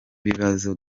bibazo